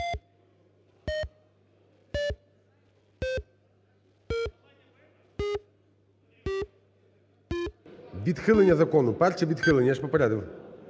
Відхилення закону. Перше – відхилення. Я ж попередив.